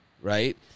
right